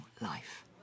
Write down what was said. life